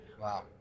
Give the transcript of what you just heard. Wow